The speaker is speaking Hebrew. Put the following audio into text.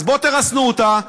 אז בואו תרסנו אותה.